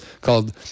called